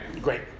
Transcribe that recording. great